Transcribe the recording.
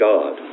God